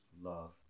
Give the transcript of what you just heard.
love